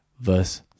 verse